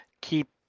keep